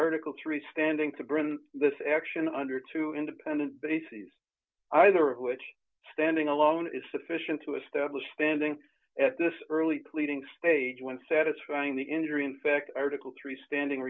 article three standing to bring this action under two independent bases either of which standing alone is sufficient to establish standing at this early pleading stage when satisfying the injury in fact article three standing